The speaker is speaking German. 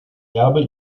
erbe